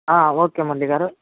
okay Murali గారు